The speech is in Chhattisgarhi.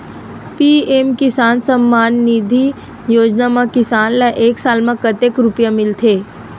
पी.एम किसान सम्मान निधी योजना म किसान ल एक साल म कतेक रुपिया मिलथे?